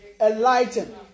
enlightened